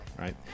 right